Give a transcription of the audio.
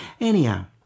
Anyhow